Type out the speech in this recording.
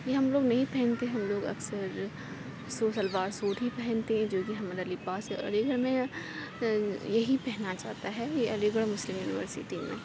یہ ہم لوگ نہیں پہنتے ہم لوگ اکثر سو شلوار سوٹ ہی پہنتے ہیں جو کہ ہمارا لباس ہے اور علی گڑھ میں یہی پہنا جاتا ہے یہ علی گڑھ مسلم یونیورسٹی میں